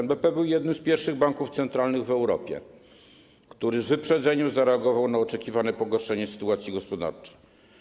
NBP był jednym z pierwszych banków centralnych w Europie, który z wyprzedzeniem zareagował na oczekiwane pogorszenie sytuacji gospodarczej.